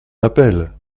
appelle